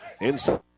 Inside